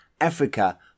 Africa